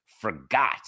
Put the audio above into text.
forgot